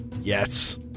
Yes